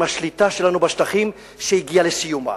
עם השליטה שלנו בשטחים שהגיעה לסיומה,